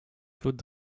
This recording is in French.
claude